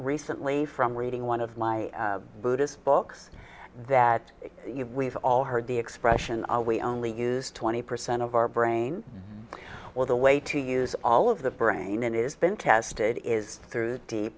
recently from reading one of my buddhist books that we've all heard the expression we only use twenty percent of our brain with a way to use all of the brain is been tested is through deep